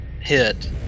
hit